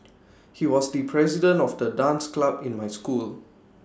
he was the president of the dance club in my school